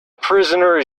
prisoner